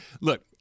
Look